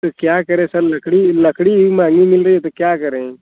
तो क्या करें सर लकड़ी ही लकड़ी ही महँगी मिल रही है तो क्या करें